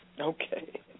Okay